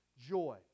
joy